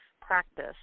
practice